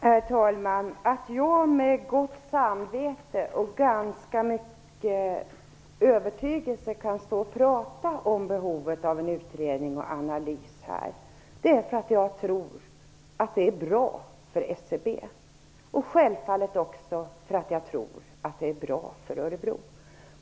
Herr talman! Att jag med gott samvete och ganska mycket övertygelse här kan tala om behovet av en utredning och en analys beror på att jag tror att det skulle vara bra för SCB och självfallet också att det skulle vara bra för Örebro.